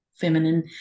feminine